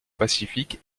pacifique